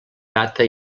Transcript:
data